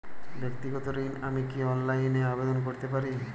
ব্যাক্তিগত ঋণ আমি কি অনলাইন এ আবেদন করতে পারি?